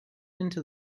into